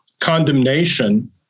condemnation